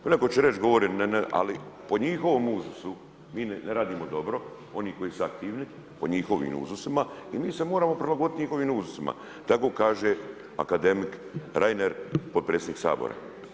Pa netko će reći govori … ali po njihovom uzusu mi ne radimo dobro oni koji su aktivni po njihovim uzusima i mi se moramo prilagoditi njihovim uzusima tako kaže akademik Reiner potpredsjednik Sabora.